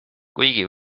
kuigi